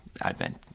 Advent